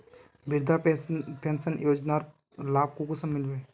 वृद्धा पेंशन योजनार लाभ कुंसम मिलबे?